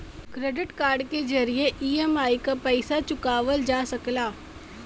credit card के जरिये EMI क पइसा चुकावल जा सकला